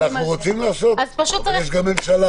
אנחנו רוצים לעשות, אבל יש גם ממשלה.